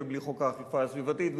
ובלי חוק האכיפה הסביבתית,